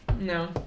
No